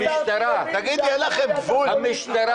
מיקי,